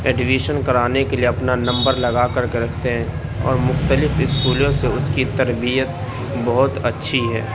admission کرانے کے لیے اپنا نمبر لگا کر کے رکھتے ہیں اور مختلف اسکولوں سے اس کی تربیت بہت اچھی ہے